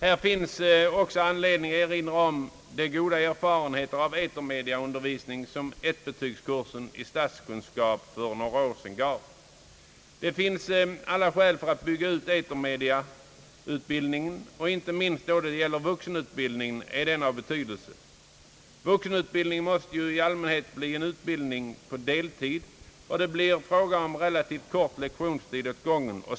Här finns också anledning att erinra om de goda erfarenheter av etermediaundervisning som ettbetygskursen i statskunskap för några år sedan gav. Det finns andra skäl att bygga ut etermediautbildningen. Inte minst när det gäller vuxenutbildningen är den av betydelse. Den måste i allmänhet ske på deltid, och det blir fråga om ganska kort lektionstid åt gången.